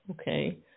Okay